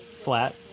flat